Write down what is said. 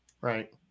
Right